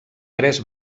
tres